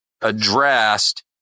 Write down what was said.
addressed